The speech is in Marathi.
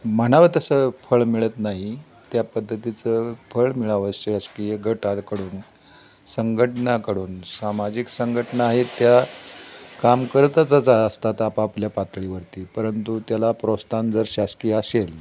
म्हणावं तसं फळ मिळत नाही त्या पद्धतीचं फळ मिळावं शासकीय गटाकडून संघटनाकडून सामाजिक संघटना आहेत त्या काम करतातच असतात आपापल्या पातळीवरती परंतु त्याला प्रोत्साहन जर शासकीय असेल